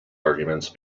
arguments